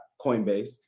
Coinbase